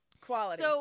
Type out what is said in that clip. Quality